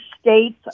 states